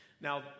Now